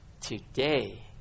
Today